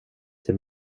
till